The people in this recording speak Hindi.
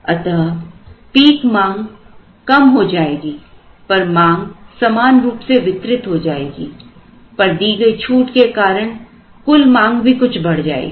अतः peak मांग कम हो जाएगी पर मांग समान रूप से वितरित हो जाएगी पर दी गई छूट के कारण कुल मांग भी कुछ बढ़ जाएगी